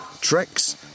tricks